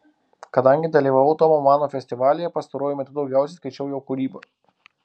kadangi dalyvavau tomo mano festivalyje pastaruoju metu daugiausiai skaičiau jo kūrybą